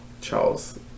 Charles